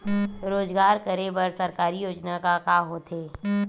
रोजगार करे बर सरकारी योजना का का होथे?